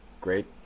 Great